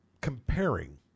comparing